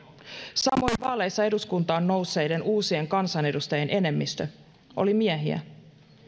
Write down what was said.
samoin vaaleissa eduskuntaan nousseiden uusien kansanedustajien enemmistö oli miehiä